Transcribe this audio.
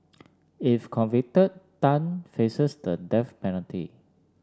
if convicted Tan faces the death penalty